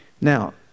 Now